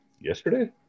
yesterday